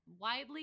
widely